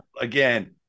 Again